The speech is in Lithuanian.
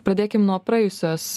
pradėkim nuo praėjusios